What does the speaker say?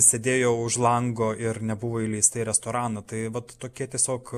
sėdėjo už lango ir nebuvo įleista į restoraną tai vat tokie tiesiog